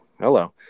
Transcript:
hello